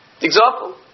Example